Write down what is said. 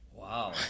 Wow